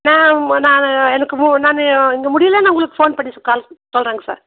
நான் மு நான் எனக்கு மு நான் இங்கே முடியலைன்னா உங்களுக்கு ஃபோன் பண்ணி சொ கால் சொல்கிறேங்க சார்